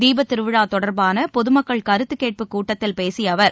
தீபத்திருவிழா தொடர்பான பொதமக்கள் கருத்துக் கேட்பு கூட்டத்தில் பேசிய அவர்